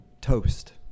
toast